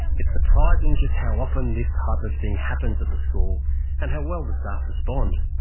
it's surprising just how often this type of thing happens at the school and how well the staff respond.